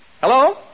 Hello